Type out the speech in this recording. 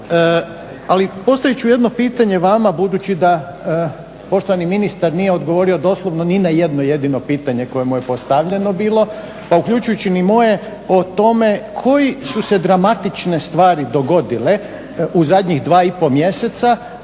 ali postavit ću jedno pitanje vama budući da poštovani ministar nije odgovorio doslovno ni na jedno jedino pitanje koje mu je postavljeno bilo pa uključujući ni moje o tome koje su se dramatične stvari dogodile u zadnjih 2,5 mjeseca